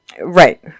Right